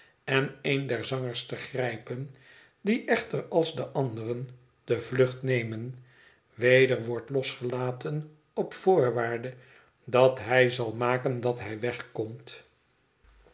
en een der zangers te grijpen die echter als de anderen de vlucht nemen weder wordt losgelaten op voorwaarde dat hij zal maken dat hij